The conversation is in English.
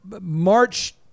march